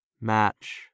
match